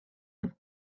happy